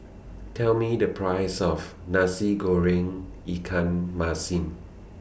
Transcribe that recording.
Tell Me The Price of Nasi Goreng Ikan Masin